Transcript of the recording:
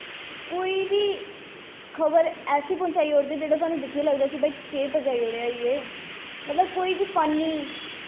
कोई बी खबर ऐसी पहुंचाई ओड़दे कि जेह्दे च सानूं दिक्खियै एह् लगदा कि केह् पहुंचाई ओड़ेआ ऐ एह् मतलब कोई बी फन्न निं